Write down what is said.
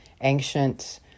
ancient